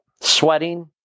sweating